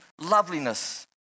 loveliness